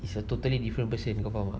it's a totally different person kau faham tak